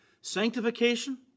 Sanctification